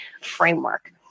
framework